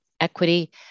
equity